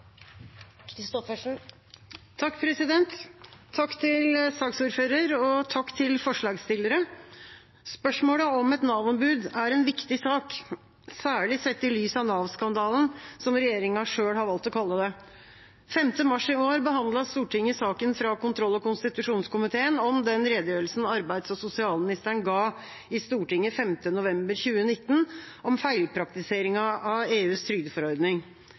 Takk til saksordføreren og takk til forslagsstillerne. Spørsmålet om et Nav-ombud er en viktig sak, særlig sett i lys av Nav-skandalen, som regjeringa selv har valgt å kalle det. Den 5. mars i år behandlet Stortinget saken fra kontroll- og konstitusjonskomiteen om den redegjørelsen arbeids- og sosialministeren ga i Stortinget 5. november 2019 om feilpraktiseringen av EUs trygdeforordning.